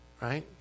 Right